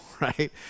right